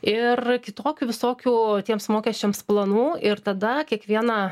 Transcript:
ir kitokių visokių tiems mokesčiams planų ir tada kiekviena